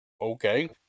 Okay